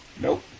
Nope